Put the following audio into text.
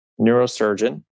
neurosurgeon